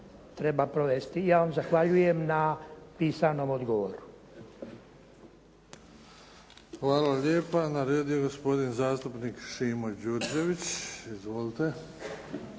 Ja vam zahvaljujem na pisanom odgovoru.